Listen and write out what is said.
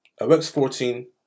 OX14